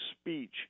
speech